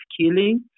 killing